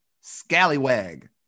scallywag